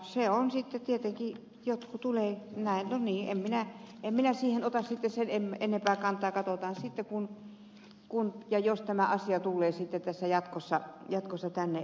se on sitten tietenkin niin että jotkut tulevat no niin en minä siihen ota sitten sen enempää kantaa katsotaan sitten kun ja jos tämä asia tulee jatkossa tänne päätettäväksi